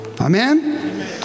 Amen